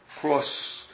cross